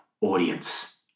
audience